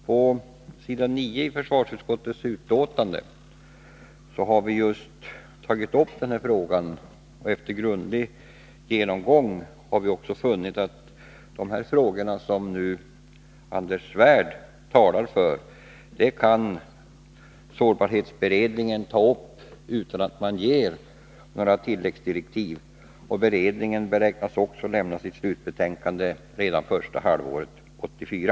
På s. 9 i försvarsutskottets betänkande har vi tagit upp just denna fråga, och efter grundlig genomgång har vi också funnit att de frågor som Anders Svärd talar för kan sårbarhetsberedningen behandla utan att man ger några tilläggsdirektiv. Beredningen beräknas lämna sitt slutbetänkande redan första halvåret 1984.